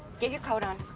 get your coat on.